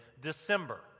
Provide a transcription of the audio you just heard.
December